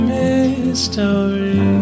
mystery